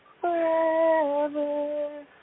forever